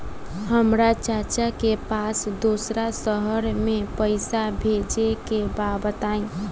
हमरा चाचा के पास दोसरा शहर में पईसा भेजे के बा बताई?